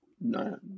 No